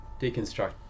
deconstruct